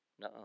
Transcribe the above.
no